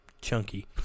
chunky